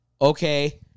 okay